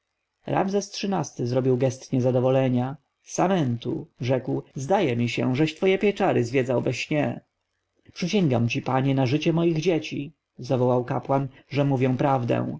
obelisk ramzes xiii-ty zrobił gest niezadowolenia samentu rzekł zdaje mi się żeś twoje pieczary zwiedzał we śnie przysięgam ci panie na życie moich dzieci zawołał kapłan że mówię prawdę